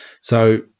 So-